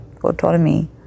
autonomy